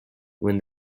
when